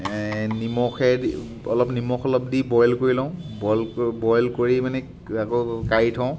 নিমখেদি অলপ নিমখ অলপ দি বইল কৰি লওঁ বইল ক বইল কৰি মানে আকৌ কাঢ়ি থওঁ